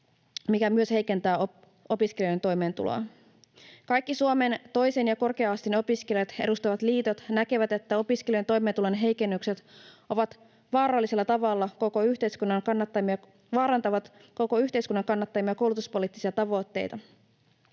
mikä myös heikentää opiskelijoiden toimeentuloa. Kaikki Suomen toisen ja korkea-asteen opiskelijoita edustavat liitot näkevät, että opiskelijan toimeentulon heikennykset vaarantavat koko yhteiskunnan kannattamia koulutuspoliittisia tavoitteita.